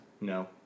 No